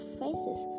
faces